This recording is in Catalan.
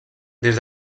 des